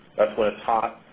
that's when it's hot.